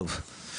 טוב,